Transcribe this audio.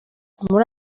muri